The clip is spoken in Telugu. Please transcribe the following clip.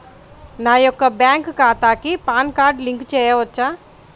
నా యొక్క బ్యాంక్ ఖాతాకి పాన్ కార్డ్ లింక్ చేయవచ్చా?